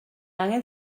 angen